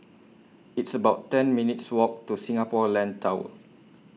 It's about ten minutes' Walk to Singapore Land Tower